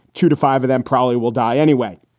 two to five of them probably will die anyway.